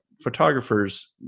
photographers